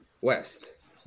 West